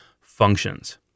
functions